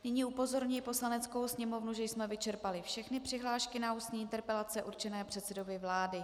Nyní upozorňuji Poslaneckou sněmovnu, že jsme vyčerpali všechny přihlášky na ústní interpelace určené předsedovi vlády.